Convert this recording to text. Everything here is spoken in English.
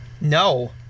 No